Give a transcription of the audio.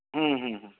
हं हं हं